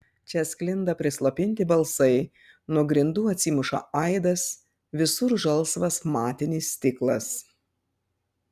čia sklinda prislopinti balsai nuo grindų atsimuša aidas visur žalsvas matinis stiklas